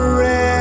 red